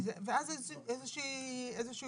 ואז יהיה איזשהו